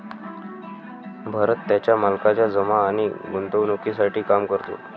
भरत त्याच्या मालकाच्या जमा आणि गुंतवणूकीसाठी काम करतो